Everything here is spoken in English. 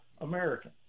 American